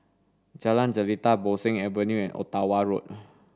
Jalan Jelita Bo Seng Avenue and Ottawa Road